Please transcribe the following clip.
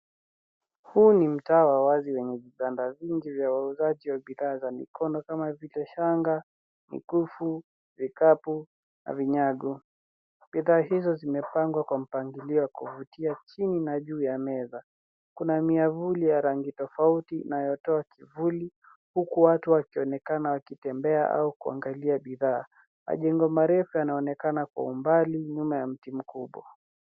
Huu ni mtaa wa wazi wenye viwanda vingi vya wauzaji wa bidhaa za mikono kama vile shanga, mkufu, vikapu, na vinyago. Bidhaa hizo zimepangwa kwa mpangilio ya kuwavutia chini na juu ya meza. Kuna miavuli ya rangi tofauti inayotoa kivuli, huku watu wakionekana wakitembea au kuangalia bidhaa. Majengo marefu yanaonekana kwa umbali, nyuma ya mti mkubwa.